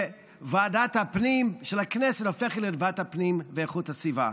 וועדת הפנים של הכנסת הופכת להיות ועדת הפנים ואיכות הסביבה.